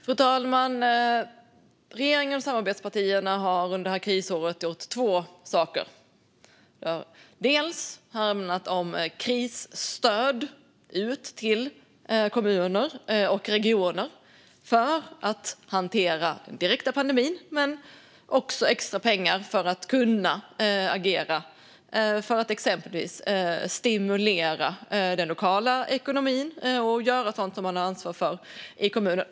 Fru talman! Regeringen och samarbetspartierna har under det här krisåret gjort två saker. Det har handlat om krisstöd ut till kommuner och regioner för att hantera den direkta pandemin. Men det är också extra pengar för att kunna agera för att exempelvis stimulera den lokala ekonomin och göra sådant som man har ansvar för i kommuner.